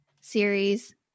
series